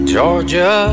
Georgia